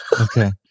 Okay